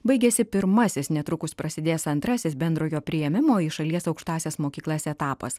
baigėsi pirmasis netrukus prasidės antrasis bendrojo priėmimo į šalies aukštąsias mokyklas etapas